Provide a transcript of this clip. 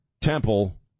Temple